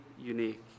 unique